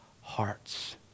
hearts